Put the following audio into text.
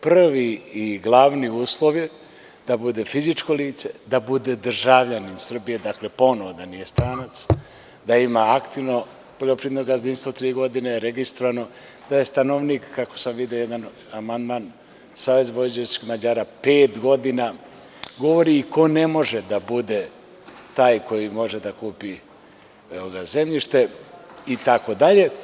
Prvi i glavni uslov je da bude fizičko lice, da bude državljanin Srbije, dakle ponovo da nije stranac, da ima aktivno poljoprivredno gazdinstvo tri godine, registrovano, da je stanovnik, kako sam video jedan amandman SVM, pet godina, govori ko ne može da bude taj koji može da kupi zemljište, itd.